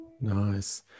Nice